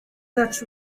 such